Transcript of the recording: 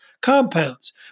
Compounds